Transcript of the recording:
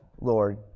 Lord